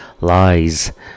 lies